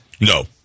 No